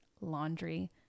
laundry